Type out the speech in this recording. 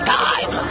time